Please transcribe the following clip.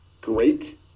great